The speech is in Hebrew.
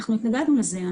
אנחנו התנגדנו לזה.